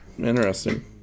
Interesting